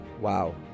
wow